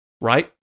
Right